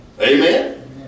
Amen